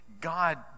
God